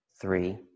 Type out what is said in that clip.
three